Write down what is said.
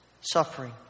suffering